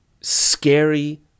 scary